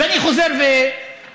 ואני חוזר ומדבר,